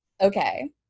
Okay